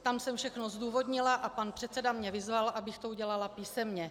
Tam jsem všechno zdůvodnila a pan předseda mě vyzval, abych to udělala písemně.